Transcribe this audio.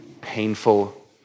painful